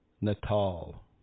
Natal